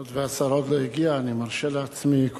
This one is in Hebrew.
היות שהשר עוד לא הגיע אני מרשה לעצמי,